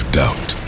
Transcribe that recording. doubt